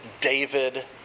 David